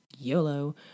yolo